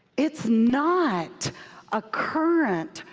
it's not a current,